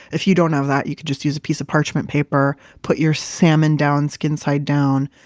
if you don't have that, you could just use a piece of parchment paper, put your salmon down, skin side down,